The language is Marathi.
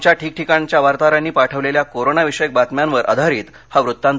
आमच्या ठिकठिकाणच्या वार्ताहरांनी पाठविलेल्या कोरोनाविषयक बातम्यांवर आधारित हा वृत्तांत